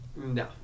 no